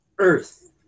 earth